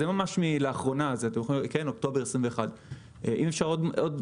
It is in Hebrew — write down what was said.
זה מאוקטובר 2021. יש לי עוד משהו